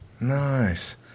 Nice